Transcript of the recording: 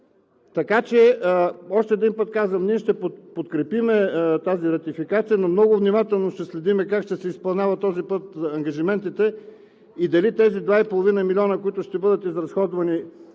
Така че още един път казвам, ние ще подкрепим тази ратификация, но много внимателно ще следим как ще се изпълняват този път ангажиментите – дали тези 2,5 милиона, които ще бъдат изразходвани